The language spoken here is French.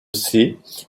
sait